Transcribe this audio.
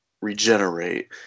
regenerate